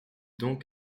donc